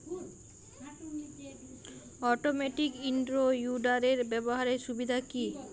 Automatic in row উইডারের ব্যবহারের সুবিধা কি?